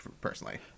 personally